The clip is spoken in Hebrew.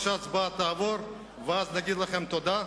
או שההצבעה תעבור, ואז נגיד לכם תודה,